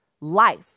life